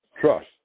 trust